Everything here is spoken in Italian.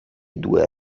due